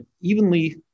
evenly